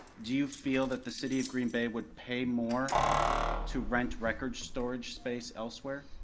do you feel that the city of green bay would pay more to rent record storage space elsewhere?